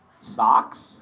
socks